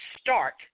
start